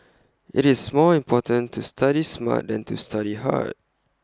IT is more important to study smart than to study hard